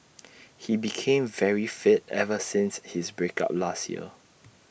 he became very fit ever since his break up last year